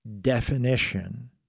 definition